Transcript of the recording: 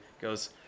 goes